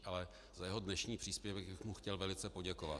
Ale za jeho dnešní příspěvek bych mu chtěl velice poděkovat.